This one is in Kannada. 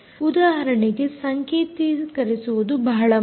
ಉದಾಹರಣೆಗೆ ಸಂಕೇತಿಕರಿಸುವುದು ಬಹಳ ಮುಖ್ಯ